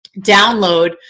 download